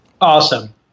Awesome